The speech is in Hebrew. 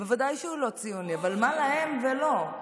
ודאי שהוא לא ציוני, אבל מה להם ולו?